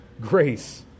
Grace